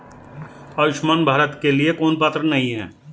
आयुष्मान भारत के लिए कौन पात्र नहीं है?